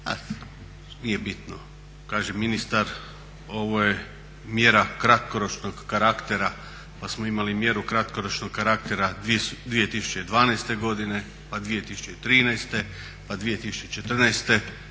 Nije bitno. Kaže ministar ovo je mjera kratkoročnog karaktera. Imali smo mjeru kratkoročnog karaktera 2012. godine pa 2013. pa 2014., jasno